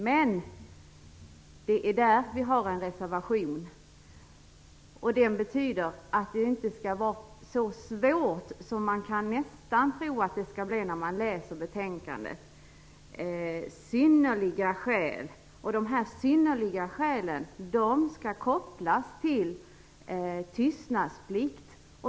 Men vi har en reservation som innebär att det inte skall vara så svårt - som man kan tro att det kommer att bli när man läser betänkandet - att få ut sådant här material. När man läser betänkandet kan man nämligen tro att det kommer att bli svårt. Det talas om synnerliga skäl. De synnerliga skälen skall kopplas till en tystnadsplikt.